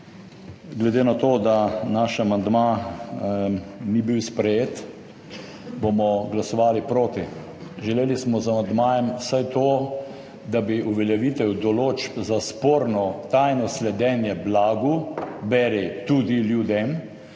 Glede na to, da naš amandma ni bil sprejet, bomo glasovali proti. Z amandmajem smo želeli vsaj to, da bi se uveljavitev določb za sporno tajno sledenje blagu, beri tudi ljudem,